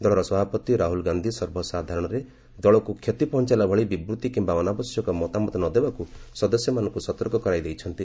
ଦଳର ସଭାପତି ରାହ୍ରଳ ଗାନ୍ଧୀ ସର୍ବସାଧାରଣରେ ଦଳକୁ କ୍ଷତି ପହଞ୍ଚାଇଲା ଭଳି ବିବୃତି କିିୟା ଅନାବଶ୍ୟକ ମତାମତ ନ ଦେବାକୁ ସଦସ୍ୟମାନଙ୍କୁ ସତର୍କ କରାଇ ଦେଇଛନ୍ତି